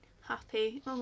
happy